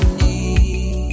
need